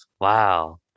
Wow